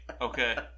Okay